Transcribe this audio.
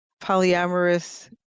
polyamorous